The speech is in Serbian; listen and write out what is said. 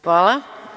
Hvala.